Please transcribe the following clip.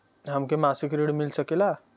हमके मासिक ऋण मिल सकेला?